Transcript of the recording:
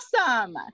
awesome